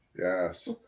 Yes